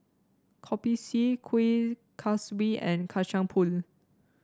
Kopi C Kuih Kaswi and Kacang Pool